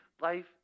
life